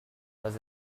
was